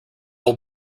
will